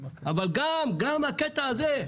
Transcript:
אבל גם הקטע הזה,